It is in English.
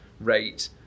rate